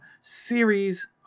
series